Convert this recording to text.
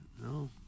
No